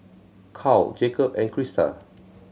Carl Jakob and Crysta